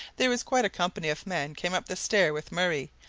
there was quite a company of men came up the stair with murray,